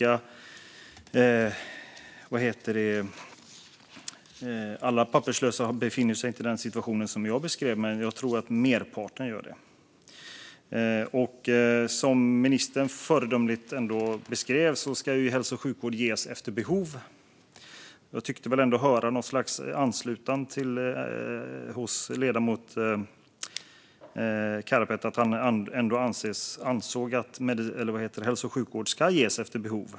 Alla papperslösa befinner sig inte i den situation som jag beskrev, men jag tror att merparten gör det. Som ministern föredömligt beskrev ska hälso och sjukvård ges efter behov. Jag tyckte mig höra att ledamoten Karapet ändå anser att hälso och sjukvård ska ges efter behov.